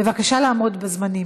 בבקשה לעמוד בזמנים.